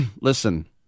Listen